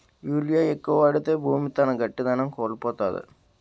urea ఎక్కువ వాడితే భూమి తన గట్టిదనం కోల్పోతాది